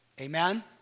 Amen